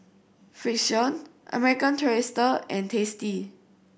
Frixion American Tourister and Tasty